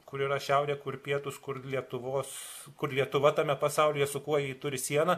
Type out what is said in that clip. kur yra šiaurė kur pietūs kur lietuvos kur lietuva tame pasaulyje su kuo ji turi sieną